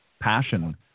passion